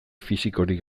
fisikorik